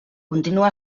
continua